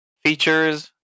Features